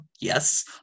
Yes